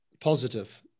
positive